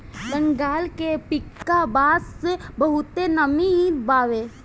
बंगाल के पीका बांस बहुते नामी बावे